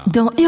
Dans